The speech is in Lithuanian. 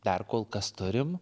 dar kol kas turim